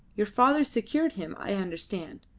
your father secured him, i understand.